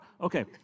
Okay